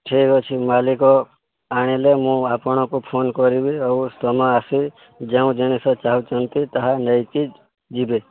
ଠିକ୍ ଅଛି ମାଲିକ ଆଣିଲେ ମୁଁ ଆପଣଙ୍କୁ ଫୋନ କରିବି ଆଉ ତମେ ଆସି ଯେଉଁ ଜିନିଷ ଚାହୁଁଛନ୍ତି ତାହା ନେଇକି ଯିବେ